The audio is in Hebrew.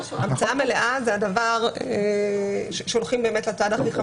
המצאה מלאה זה במצב שהולכים לצד הכי חמור.